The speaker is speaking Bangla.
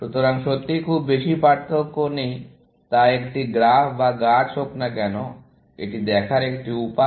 সুতরাং সত্যিই খুব বেশি পার্থক্য নেই তা একটি গ্রাফ বা গাছ হোক না কেন এটি দেখার একটি উপায়